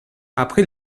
après